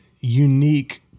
unique